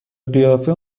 قیافه